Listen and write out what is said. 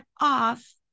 off